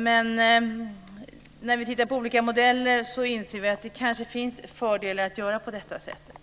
Men när vi har tittat på olika modeller inser vi att det kanske finns fördelar i att göra på det sättet.